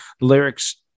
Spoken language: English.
lyrics